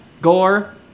Gore